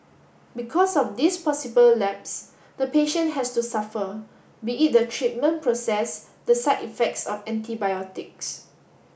because of this possible lapse the patient has to suffer be it the treatment process the side effects of antibiotics